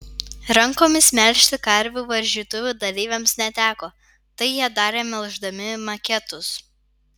rankomis melžti karvių varžytuvių dalyviams neteko tai jie darė melždami maketus